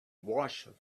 washed